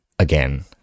again